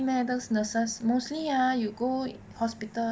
meh those nurses mostly ya you go hospital